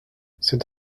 c’est